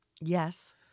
Yes